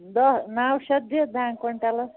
دٔہ نَو شتھ دِ دانہِ کۅینٛٹلس